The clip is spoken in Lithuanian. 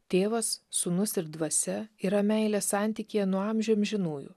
tėvas sūnus ir dvasia yra meilės santykyje nuo amžių amžinųjų